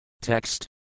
Text